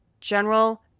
general